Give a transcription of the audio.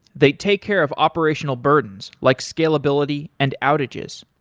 they take care of operational burdens like scalability and outages.